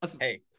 Hey